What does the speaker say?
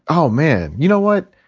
oh, man. you know what?